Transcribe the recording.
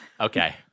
Okay